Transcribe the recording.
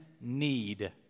need